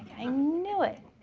i knew it!